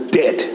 dead